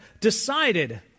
decided